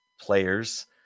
players